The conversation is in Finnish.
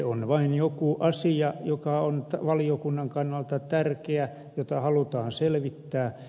on vain joku asia joka on valiokunnan kannalta tärkeä jota halutaan selvittää